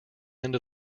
end